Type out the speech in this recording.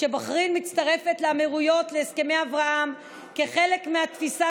כשבחריין מצטרפת לאמירויות להסכמי אברהם כחלק מהתפיסה